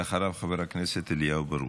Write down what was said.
ואחריו, חבר הכנסת אליהו ברוכי.